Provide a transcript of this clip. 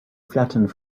flattened